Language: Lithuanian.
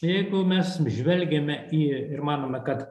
jeigu mes žvelgiame į ir manome kad